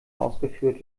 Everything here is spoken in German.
ausgeführt